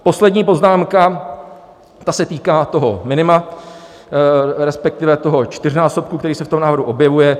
Poslední poznámka se týká toho minima, respektive toho čtyřnásobku, který se v návrhu objevuje.